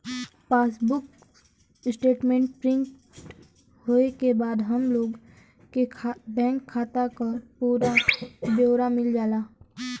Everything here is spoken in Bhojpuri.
पासबुक स्टेटमेंट प्रिंट होये के बाद हम लोग के बैंक खाता क पूरा ब्यौरा मिल जाला